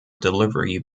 delivery